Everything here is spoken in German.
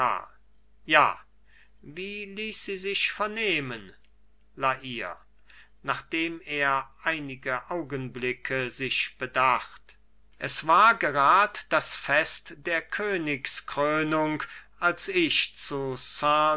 ja wie ließ sie sich vernehmen la hire nachdem er einige augenblicke sich bedacht es war gerad das fest der königskrönung als ich zu